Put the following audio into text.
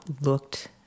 looked